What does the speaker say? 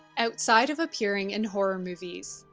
outside of appearing in horror movies,